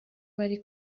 bari